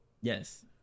Yes